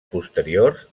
posteriors